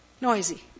Noisy